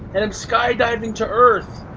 and i'm skydiving to earth.